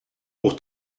pour